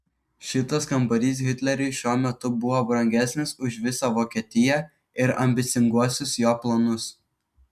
šitas kambarys hitleriui šiuo metu buvo brangesnis už visą vokietiją ir ambicinguosius jo planus